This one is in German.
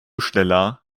schneller